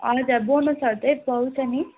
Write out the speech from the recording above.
हजुर बोनसहरू चाहिँ पाउँछ नि